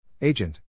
Agent